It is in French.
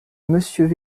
monsieur